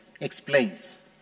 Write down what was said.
explains